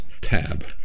tab